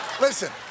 listen